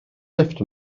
lifft